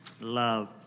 love